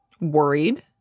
Worried